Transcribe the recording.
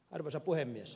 arvoisa puhemies